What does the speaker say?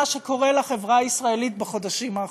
שקורה לחברה הישראלית בחודשים האחרונים: